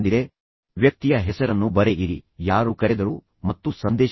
ಆದ್ದರಿಂದ ವ್ಯಕ್ತಿಯ ಹೆಸರನ್ನು ಬರೆಯಿರಿ ಯಾರು ಕರೆದರು ಮತ್ತು ನಂತರ ಸಂದೇಶವೇನು